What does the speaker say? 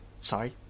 Sorry